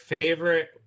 favorite